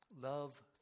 Love